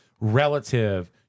relative